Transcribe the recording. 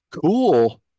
cool